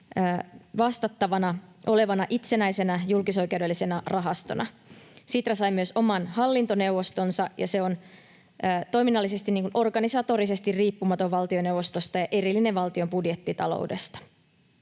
vastattavana olevana itsenäisenä julkisoikeudellisena rahastona. Sitra sai myös oman hallintoneuvostonsa, ja toiminnallisesti se on organisatorisesti riippumaton valtioneuvostosta ja erillinen valtion budjettitaloudesta.